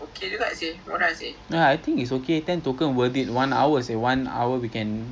eh boleh lah you jangan kita kita tak buat banyak banyak benda lah